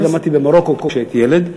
אני למדתי במרוקו כשהייתי ילד,